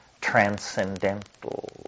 transcendental